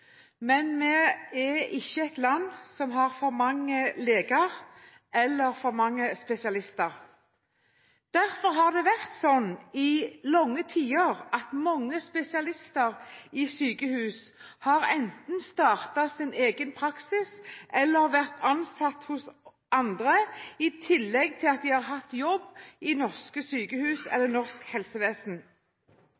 det i lange tider vært sånn at mange spesialister på sykehus enten har startet sin egen praksis eller vært ansatt hos andre, i tillegg til at de har hatt jobb på norske sykehus